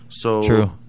True